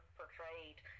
portrayed